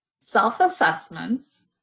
Self-assessments